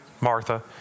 Martha